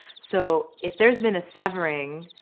so if there's been a severing,